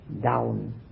down